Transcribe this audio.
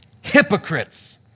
hypocrites